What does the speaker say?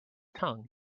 tongue